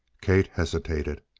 kate hesitated.